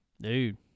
Dude